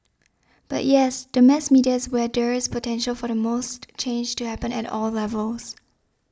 but yes the mass media is where there is potential for the most change to happen at all levels